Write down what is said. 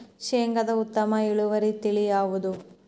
ಶೇಂಗಾದ ಉತ್ತಮ ಇಳುವರಿ ತಳಿ ಯಾವುದು?